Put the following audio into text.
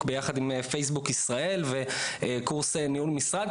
ביחד עם פייסבוק ישראל וקורס ניהול משרד.